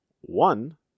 one